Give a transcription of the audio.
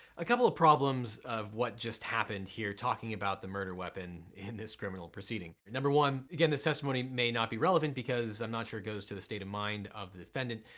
a couple of problems of what just happened here talking about the murder weapon in this criminal proceeding. number one, again this testimony may not be relevant because i'm not sure it goes to the state of mind of the defendant.